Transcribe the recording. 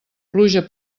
pluja